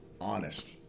honest